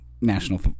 National